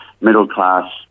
middle-class